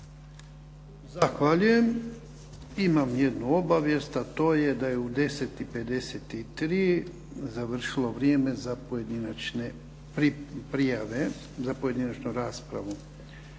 Zahvaljujem. Imam jednu obavijest, a to je da je u 10,53 završilo vrijeme za pojedinačne prijave za pojedinačnu raspravu.